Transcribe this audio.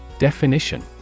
Definition